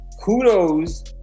Kudos